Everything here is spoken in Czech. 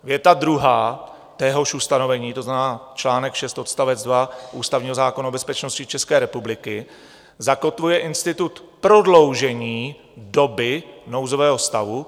Věta druhá téhož ustanovení, to znamená článek 6 odst. 2 ústavního zákona o bezpečnosti České republiky, zakotvuje institut prodloužení doby nouzového stavu.